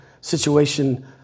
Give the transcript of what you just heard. situation